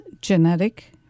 genetic